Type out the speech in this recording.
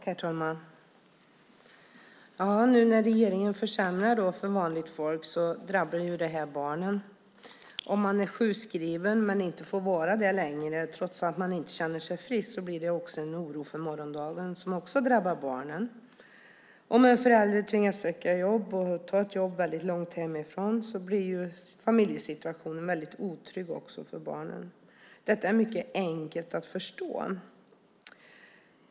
Herr talman! Nu när regeringen försämrar för vanligt folk drabbar det barnen. Om man är sjukskriven men inte får vara det längre trots att man inte känner sig frisk blir det en oro för morgondagen som också drabbar barnen. Om en förälder tvingas söka jobb och tar ett jobb väldigt långt hemifrån blir familjesituationen väldigt otrygg också för barnen. Detta är mycket enkelt att förstå.